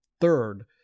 third